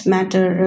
Matter